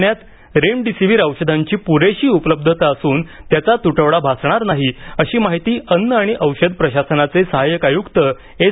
पुण्यात रेमडेसिवीर औषधाची पुरेशी उपलब्धता असून त्याचा तुटवडा भासणार नाही अशी माहिती अन्न आणि औषध प्रशासनाचे सहायक आयुक्त एस